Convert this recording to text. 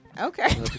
Okay